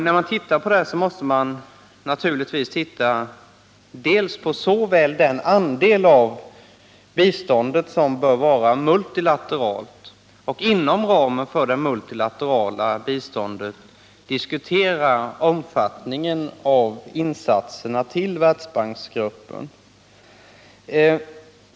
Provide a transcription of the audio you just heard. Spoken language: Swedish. När man tittar på detta måste man naturligtvis både titta på vilken andel av biståndet som bör vara multilateralt och inom ramen för det multilaterala biståndet diskutera omfattningen av insatserna till Världsbanksgruppen.